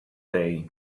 day